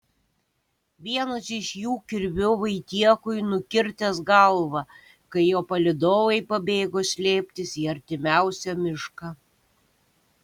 vienas iš jų kirviu vaitiekui nukirtęs galvą kai jo palydovai pabėgo slėptis į artimiausią mišką